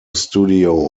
studio